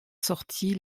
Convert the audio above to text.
sorti